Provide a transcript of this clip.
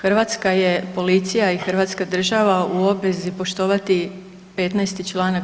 Hrvatska je policija i hrvatska država u obvezi poštovati 15. čl.